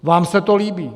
Vám se to líbí?